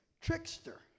trickster